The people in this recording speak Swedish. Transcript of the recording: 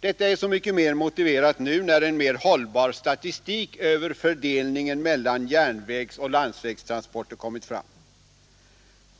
Detta är så mycket mer motiverat nu, när en mer hållbar statistik över fördelningen mellan järnvägsoch landsvägstransporter kommit fram.